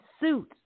suit